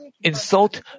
insult